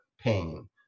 pain